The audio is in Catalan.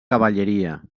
cavalleria